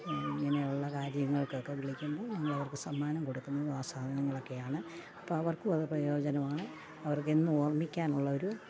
ഇങ്ങനെയുള്ള കാര്യങ്ങൾക്കൊക്കെ വിളിക്കുമ്പോൾ ഞങ്ങളവർക്ക് സമ്മാനം കൊടുക്കുന്നതുമാണ് സാധനങ്ങളൊക്കെയാണ് അപ്പം അവർക്കുമതു പ്രയോജനമാണ് അവർക്കെന്നുമോർമ്മിക്കാനുള്ള ഒരു